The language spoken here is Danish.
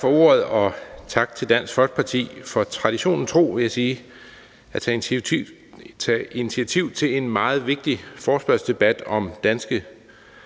Tak for ordet, og tak til Dansk Folkeparti for traditionen tro, vil jeg sige, at tage initiativ til en meget vigtig forespørgselsdebat om danske